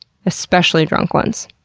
especially drunk ones.